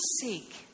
seek